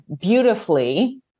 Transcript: beautifully